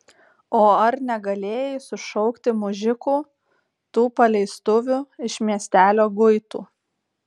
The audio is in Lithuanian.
o ar negalėjai sušaukti mužikų tų paleistuvių iš miestelio guitų